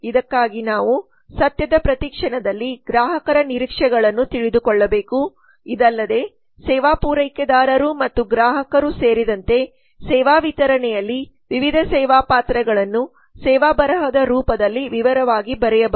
ಇದಕ್ಕಾಗಿ ನಾವು ಸತ್ಯದ ಪ್ರತಿ ಕ್ಷಣದಲ್ಲಿ ಗ್ರಾಹಕರ ನಿರೀಕ್ಷೆಗಳನ್ನು ತಿಳಿದುಕೊಳ್ಳಬೇಕು ಇದಲ್ಲದೆ ಸೇವಾ ಪೂರೈಕೆದಾರರು ಮತ್ತು ಗ್ರಾಹಕರು ಸೇರಿದಂತೆ ಸೇವಾ ವಿತರಣೆಯಲ್ಲಿ ವಿವಿಧ ಸೇವಾ ಪಾತ್ರಗಳನ್ನು ಸೇವಾ ಬರಹದ ರೂಪದಲ್ಲಿ ವಿವರವಾಗಿ ಬರೆಯಬಹುದು